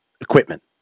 equipment